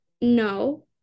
No